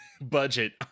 budget